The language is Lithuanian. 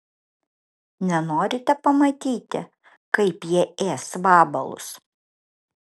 nenorite pamatyti kaip jie ės vabalus